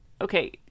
okay